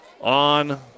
on